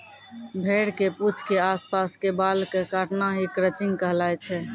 भेड़ के पूंछ के आस पास के बाल कॅ काटना हीं क्रचिंग कहलाय छै